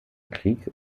krieg